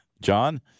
John